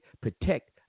protect